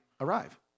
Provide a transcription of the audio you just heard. arrive